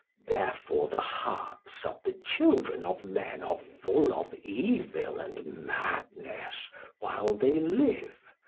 therefore the hearts of the children of men are full of evil and madness while they live,